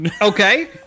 Okay